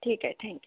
हां ठीक आहे थँक्